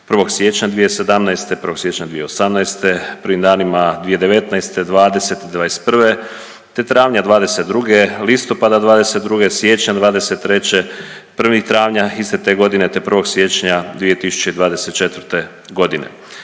1. siječnja 2017., 1. siječnja 2018., prvim danima 2019., '20., '21. te travnja '22., listopada '22., siječnja '23., 1. travnja iste te godine te 1. siječnja 2024. g.